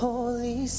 Holy